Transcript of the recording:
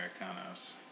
Americanos